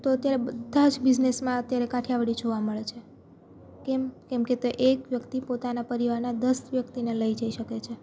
તો અત્યારે બધા જ બિઝનેસમાં અત્યારે કાઠિયાવાડી જોવા મળે છે કેમ કેમ તે એક વ્યક્તિ પોતાના પરિવારના દસ વ્યક્તિને લઈ જઈ શકે છે